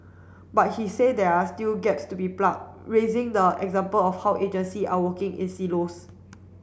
but he said there are still gaps to be plug raising the example of how agency are working in silos